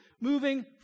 moving